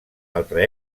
altre